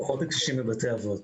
עמותת משפחות הקשישים בבתי האבות.